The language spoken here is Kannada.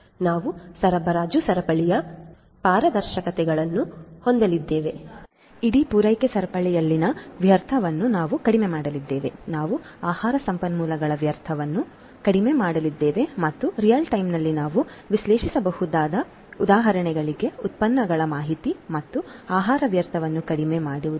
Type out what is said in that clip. ನಾವು ಸರಬರಾಜು ಸರಪಳಿಯ ಪಾರದರ್ಶಕತೆಯನ್ನು ಹೊಂದಲಿದ್ದೇವೆ ಇಡೀ ಪೂರೈಕೆ ಸರಪಳಿಯಲ್ಲಿನ ವ್ಯರ್ಥವನ್ನು ನಾವು ಕಡಿಮೆ ಮಾಡಲಿದ್ದೇವೆ ನಾವು ಆಹಾರ ಸಂಪನ್ಮೂಲಗಳ ವ್ಯರ್ಥವನ್ನು ಕಡಿಮೆ ಮಾಡಲಿದ್ದೇವೆ ಮತ್ತು ರಿಯಲ್ ಟೈಮ್ ನಲ್ಲಿ ನಾವು ವಿಶ್ಲೇಷಿಸಬಹುದು ಉದಾಹರಣೆಗೆ ಉತ್ಪನ್ನಗಳ ಮಾಹಿತಿ ಮತ್ತು ಆಹಾರ ವ್ಯರ್ಥವನ್ನು ಕಡಿಮೆ ಮಾಡಿ